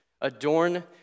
adorn